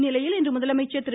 இந்நிலையில் இன்று முதலமைச்சர் திரு